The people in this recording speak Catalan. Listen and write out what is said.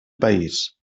país